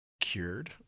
cured